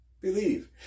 Believe